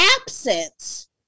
absence